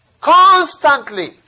Constantly